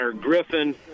Griffin